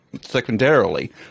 secondarily